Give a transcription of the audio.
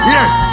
Yes